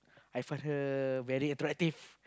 I find her very attractive